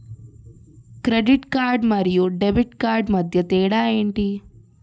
Credit card మరియు debit card మధ్య తేడా ఎంటి?